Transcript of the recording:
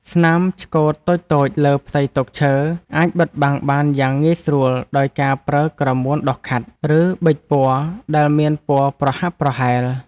ស្នាមឆ្កូតតូចៗលើផ្ទៃតុឈើ អាចបិទបាំងបានយ៉ាងងាយស្រួលដោយការប្រើក្រមួនដុសខាត់ ឬប៊ិចពណ៌ដែលមានពណ៌ប្រហាក់ប្រហែល។